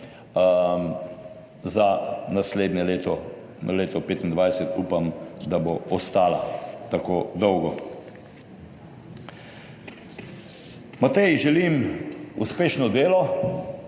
za naslednje leto, na leto 2025, upam, da bo ostala tako dolgo. Mateji želim uspešno delo.